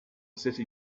city